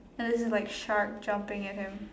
and there's this like shark jumping at him